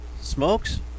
Smokes